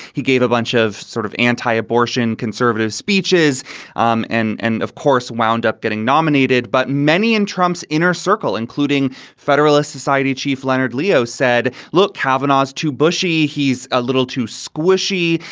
he gave a bunch of sort of anti-abortion conservative speeches um and and of course, wound up getting nominated. but many in trump's inner circle, including federalist society chief leonard leo, said, look, cavanaugh's to bushie, he's a little too squishy.